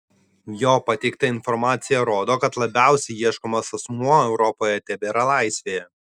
jo pateikta informacija rodo kad labiausiai ieškomas asmuo europoje tebėra laisvėje